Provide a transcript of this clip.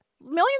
millions